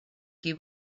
qui